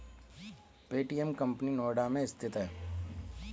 Paytm कंपनी नोएडा में स्थित है